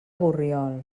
borriol